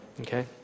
Okay